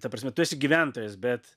ta prasme tu esi gyventojas bet